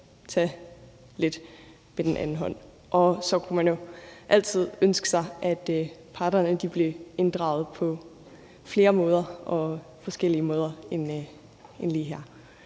tage lidt med den anden hånd. Og så kunne man jo altid ønske sig, at parterne blev inddraget på flere måder og på flere forskellige måder end lige her.